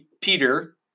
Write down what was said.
Peter